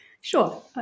sure